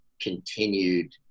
continued –